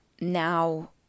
now